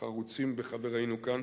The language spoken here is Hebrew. החרוצים בחברינו כאן